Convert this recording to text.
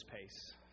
pace